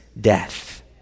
death